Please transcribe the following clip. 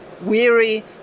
weary